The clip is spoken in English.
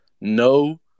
no